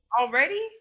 already